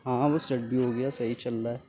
ہاں ہاں وہ سیٹ بھی ہو گیا ہے صحیح چل رہا ہے